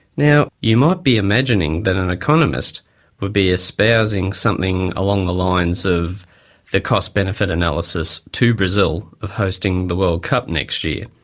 now, you might be imagining that an economist would be espousing something along the lines of the cost-benefit analysis to brazil of hosting the world cup next year.